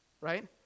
right